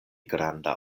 granda